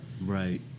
Right